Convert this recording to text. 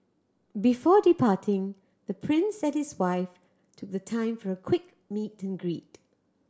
before departing the Prince satisfy took the time for a quick meet and greet